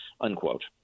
unquote